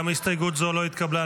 גם הסתייגות זו לא התקבלה.